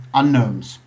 unknowns